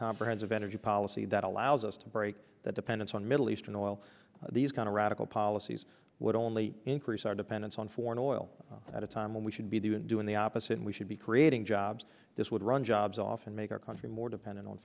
comprehensive energy policy that allows us to break that dependence on middle eastern oil these kind of radical policies would only increase our dependence on foreign oil at a time when we should be doing the opposite we should be creating jobs this would run jobs often make our country more dependent on